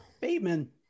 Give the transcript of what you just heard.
Bateman